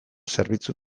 zerbitzu